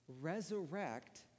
resurrect